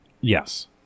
Yes